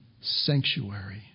sanctuary